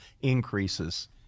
increases